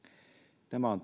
tämä on